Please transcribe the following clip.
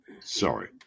Sorry